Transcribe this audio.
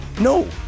No